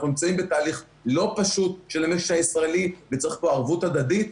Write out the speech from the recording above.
אנחנו נמצאים בתהליך לא פשוט של המשק הישראלי וצריך פה ערבות הדדית.